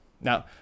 now